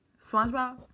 SpongeBob